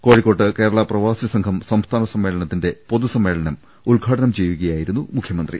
കോഴിക്കോട്ട് കേരള പ്രവാസി സംഘം സംസ്ഥാന സമ്മേളനത്തിന്റെ പൊതുസമ്മേളനം ഉദ്ഘാടനം ചെയ്യുകയായിരുന്നു മുഖ്യമന്ത്രി